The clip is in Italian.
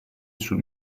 sul